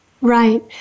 Right